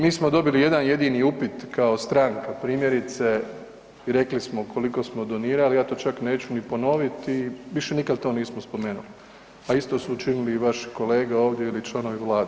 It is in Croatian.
Mi smo dobili jedan jedini upit, kao stranka, primjerice i rekli smo koliko smo donirali, ja to čak neću ni ponoviti i više nikad to nismo spomenuli, a isto su učinili i vaši kolege ovdje ili članovi Vlade.